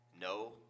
no